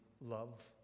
love